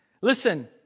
Listen